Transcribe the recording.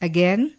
Again